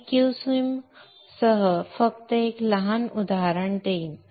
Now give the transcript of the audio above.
मी qsim सह फक्त एक लहान उदाहरण देईन